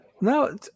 no